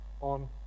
on